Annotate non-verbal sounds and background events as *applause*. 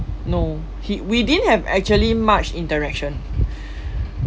no he we didn't have actually much interaction *breath*